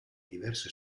diverse